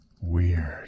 Weird